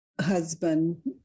husband